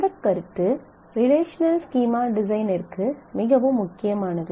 இந்த கருத்து relational schema டிசைனிற்கு மிகவும் முக்கியமானது